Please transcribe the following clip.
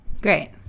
Great